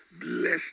Bless